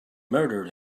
murdered